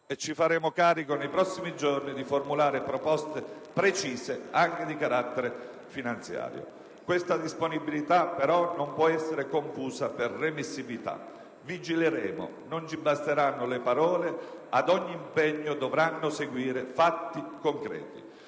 ci faremo carico nei prossimi giorni di formulare proposte precise anche di carattere finanziario. Questa disponibilità però non può essere interpretata come remissività. Vigileremo, non ci basteranno le parole, ad ogni impegno dovranno seguire fatti concreti.